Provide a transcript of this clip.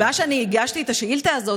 אז הסיבה שאני הגשתי את השאילתה הזאת